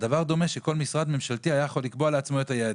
הדבר דומה לכך שכל משרד ממשלתי היה יכול לקבוע לעצמו את היעדים.